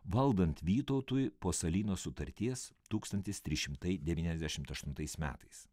valdant vytautui po salyno sutarties tūkstantis trys šimtai devyniasdešimt aštuntais metais